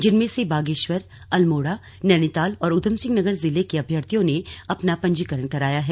जिनमें से बागेश्वर अल्मोड़ा नैनीताल और ऊधमसिह नगर जिले के अभ्यर्थियो ने अपना पंजीकरण कराया है